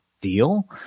deal